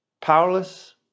powerless